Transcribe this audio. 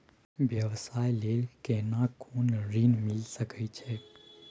व्यवसाय ले केना कोन ऋन मिल सके छै?